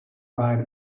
wide